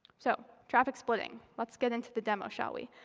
so traffic splitting, let's get into the demo, shall we?